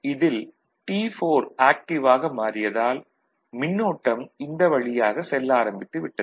இதில் T4 active ஆக மாறியதால் மின்னோட்டம் இந்த வழியாக செல்ல ஆரம்பித்து விட்டது